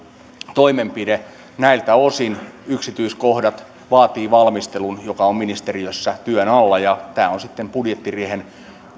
toimenpide näiltä osin yksityiskohdat vaativat valmistelun joka on ministeriössä työn alla tämä on sitten budjettiriihen